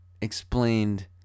explained